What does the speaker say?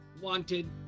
wanted